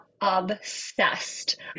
obsessed